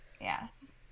Yes